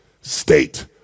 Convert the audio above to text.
State